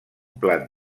plat